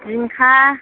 जिंखा